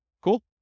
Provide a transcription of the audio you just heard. Cool